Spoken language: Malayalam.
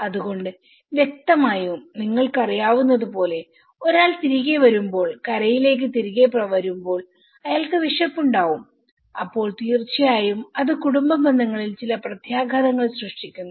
അതുകൊണ്ട് വ്യക്തമായും നിങ്ങൾക്കറിയാവുന്നതുപോലെ ഒരാൾ തിരികെ വരുമ്പോൾ കരയിലേക്ക് തിരികെ വരുമ്പോൾ അയാൾക്ക് വിശപ്പുണ്ടാവും അപ്പോൾ തീർച്ചയായും അത് കുടുംബ ബന്ധങ്ങളിൽ ചില പ്രത്യാഘാതങ്ങൾ സൃഷ്ടിക്കുന്നു